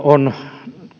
on